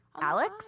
Alex